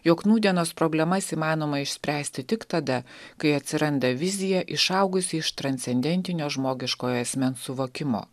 jog nūdienos problemas įmanoma išspręsti tik tada kai atsiranda vizija išaugusi iš transcendentinio žmogiškojo asmens suvokimo